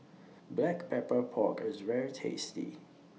Black Pepper Pork IS very tasty